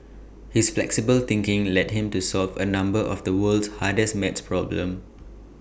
his flexible thinking led him to solve A number of the world's hardest math problems